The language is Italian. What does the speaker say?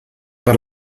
per